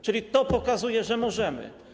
Czyli to pokazuje, że możemy.